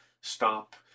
stop